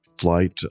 flight